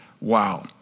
Wow